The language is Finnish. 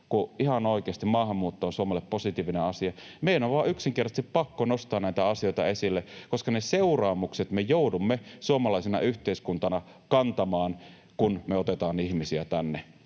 kun ihan oikeasti maahanmuutto on Suomelle positiivinen asia...” Meidän on vain yksinkertaisesti pakko nostaa näitä asioita esille, koska ne seuraamukset me joudumme suomalaisena yhteiskuntana kantamaan, kun me otetaan ihmisiä tänne